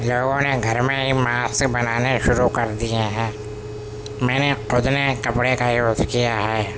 لوگوں نے گھر میں ہی ماسک بنانے شروع کر دیے ہیں میں نے خود نے کپڑے کا یوز کیا ہے